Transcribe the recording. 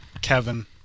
Kevin